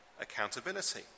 accountability